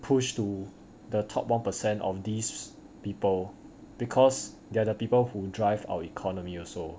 push to the top one percent of these people because they are the people who drive our economy also